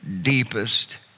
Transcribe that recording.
deepest